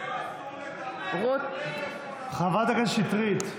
רות וסרמן לנדה,